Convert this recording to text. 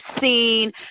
seen